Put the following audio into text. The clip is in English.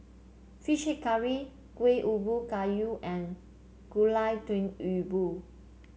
fish head curry Kueh Ubi Kayu and Gulai Daun Ubi